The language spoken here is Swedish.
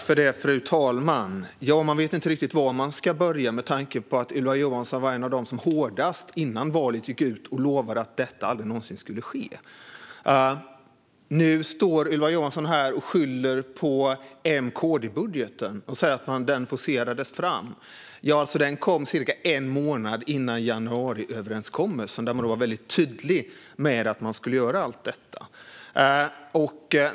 Fru talman! Man vet inte riktigt var man ska börja med tanke på att Ylva Johansson var en av dem som före valet hårdast gick ut och lovade att detta aldrig någonsin skulle ske. Nu står Ylva Johansson här och skyller på M-KD-budgeten och säger att den forcerades fram. Den kom cirka en månad före januariöverenskommelsen, där man var väldigt tydlig med att man skulle göra allt detta.